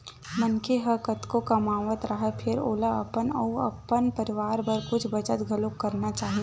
मनखे ह कतको कमावत राहय फेर ओला अपन अउ अपन परवार बर कुछ बचत घलोक करना चाही